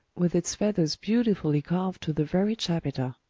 with its feathers beautifully carved to the very chapiter.